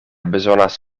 bezonas